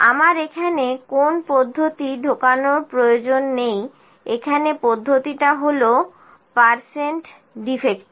আমার এখানে কোন পদ্ধতি ঢোকানোর দরকার নেই এখানে পদ্ধতিটি হলো পার্সেন্ট ডিফেক্টিভ